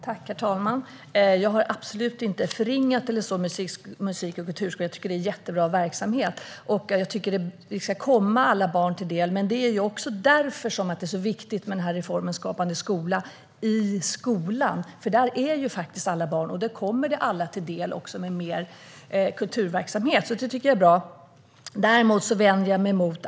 Herr talman! Jag har absolut inte förringat musik och kulturskolan. Jag tycker att det är en jättebra verksamhet, och jag tycker att den ska komma alla barn till del. Men det är också därför det är så viktigt med reformen Skapande skola i skolan. Där är alla barn, och där kommer mer kulturverksamhet alla till del. Det tycker jag är bra.